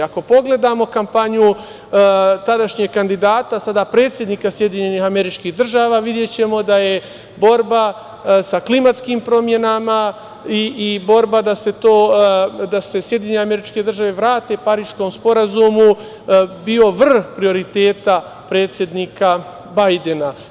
Ako pogledamo kampanju tadašnjeg kandidata, sada predsednika SAD, videćemo da je borba sa klimatskim promenama i borba da se SAD vrate Pariskom sporazumu, bio vrh prioriteta predsednika Bajdena.